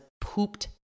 pooped